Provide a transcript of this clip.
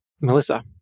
Melissa